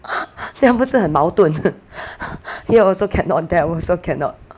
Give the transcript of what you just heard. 这样不是很矛盾 here also cannot there also cannot